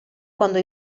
quando